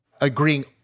agreeing